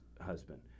husband